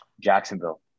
Jacksonville